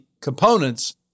components